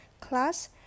class